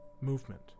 movement